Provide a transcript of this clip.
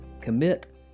commit